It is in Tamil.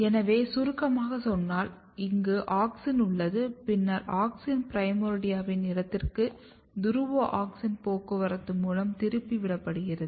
எனவே சுருக்கமாகச் சொன்னால் இங்கு ஆக்ஸின் உள்ளது பின்னர் ஆக்ஸின் பிரைமோர்டியாவின் இடத்திற்க்கு துருவ ஆக்ஸின் போக்குவரத்து மூலம் திருப்பி விடப்படுகிறது